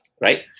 Right